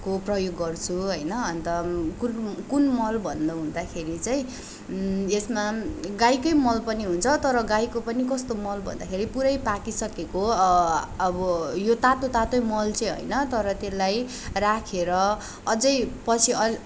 प्रयोग गर्छु होइन अन्त कुन कुन मल भन्नु हुँदाखेरि चाहिँ यसमा गाईकै मल पनि हुन्छ तर गाईको पनि कस्तो मलभन्दाखेरि पुरै पाकिसकेको अब यो तातो तातै मल चाहिँ होइन तर त्यसलाई राखेर अझै पछि